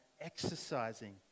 exercising